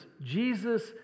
Jesus